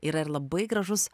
yra ir labai gražus